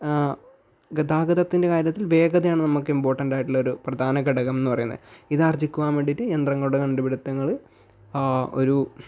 ഗതാഗതത്തിൻ്റെ കാര്യത്തിൽ വേഗതയാണ് നമുക്ക് ഇമ്പോർട്ടന്റ് ആയിട്ടുള്ള പ്രധാന ഘടകം എന്ന് പറയുന്നത് ഇത് ആർജ്ജിക്കുവാൻ വേണ്ടിയിട്ട് യന്ത്രങ്ങളുടെ കണ്ടുപിടുത്തങ്ങൾ ഒരു